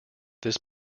this